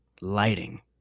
Lighting